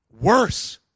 worse